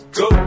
go